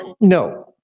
No